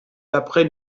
d’après